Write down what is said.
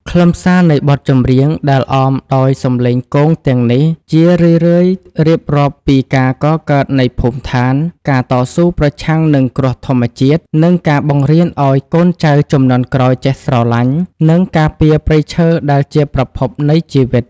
ខ្លឹមសារនៃបទចម្រៀងដែលអមដោយសម្លេងគងទាំងនេះ ជារឿយៗរៀបរាប់ពីការកកើតនៃភូមិឋាន ការតស៊ូប្រឆាំងនឹងគ្រោះធម្មជាតិ និងការបង្រៀនឱ្យកូនចៅជំនាន់ក្រោយចេះស្រឡាញ់ និងការពារព្រៃឈើដែលជាប្រភពនៃជីវិត។